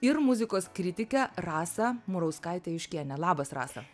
ir muzikos kritikę rasą murauskaitę juškienę labas rasa